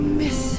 miss